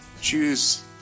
choose